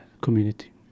community